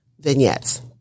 vignettes